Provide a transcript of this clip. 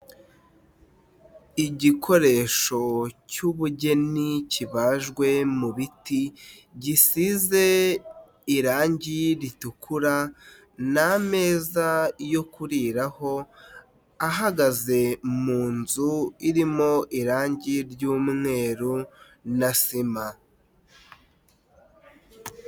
Igikoresho cy'ubugeni kibajwe mu biti gisize irangi ritukura ni ameza yo kuriraho ahagaze mu nzu irimo irangi ry'umweru na sima.